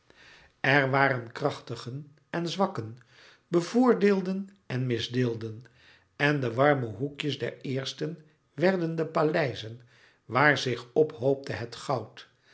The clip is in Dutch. er waren krachtigen en zwakken bevoordeelden en misdeelden en de warme hoekjes der eersten werden de paleizen waar zich ophoopte het goud